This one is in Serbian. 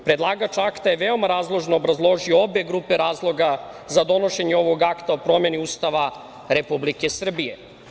Predlagač akta je veoma razložno obrazložio obe grupe razloga za donošenje ovog Akta o promeni Ustava Republike Srbije.